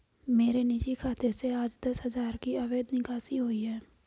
मेरे निजी खाते से आज दस हजार की अवैध निकासी हुई है